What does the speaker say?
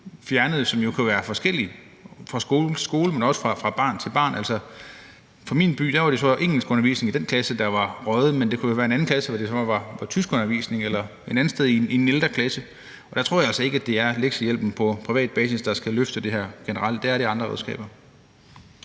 fjernet, som jo kan være forskelligt fra skole til skole, men også fra barn til barn. Altså, i min by var det så engelskundervisningen i den klasse, der var røget, men der kunne jo være en anden kasse, hvor det så var tyskundervisningen, eller et andet sted, i en ældre klasse, og der tror jeg altså ikke, at det er lektiehjælpen på privat basis, der generelt skal løfte det her, men at det er andre redskaber.